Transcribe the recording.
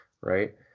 Right